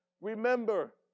Remember